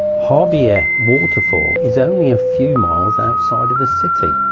harbiye ah waterfall is only a few miles outside of the city.